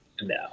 no